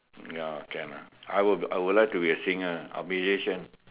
ya can ah I would like to be a singer or musician